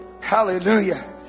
Hallelujah